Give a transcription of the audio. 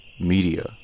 Media